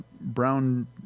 Brown